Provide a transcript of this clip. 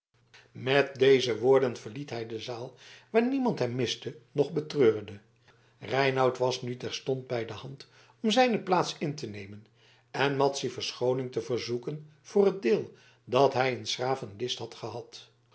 met deze woorden verliet hij de zaal waar niemand hem miste noch betreurde reinout was nu terstond bij de hand om zijne plaats in te nemen en madzy verschooning te verzoeken voor het deel dat hij in s graven list had gehad